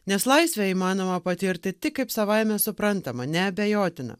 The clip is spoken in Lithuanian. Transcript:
nes laisvę įmanoma patirti tik kaip savaime suprantamą neabejotiną